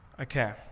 okay